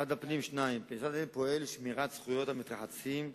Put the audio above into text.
משרד הפנים פועל לשמירת זכויות המתרחצים.